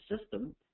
system